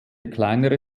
kleinere